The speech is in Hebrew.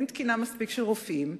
אין תקינה מספיקה של רופאים,